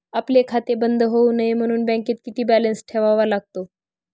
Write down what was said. आपले खाते बंद होऊ नये म्हणून बँकेत किती बॅलन्स ठेवावा लागतो?